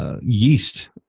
yeast